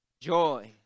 Joy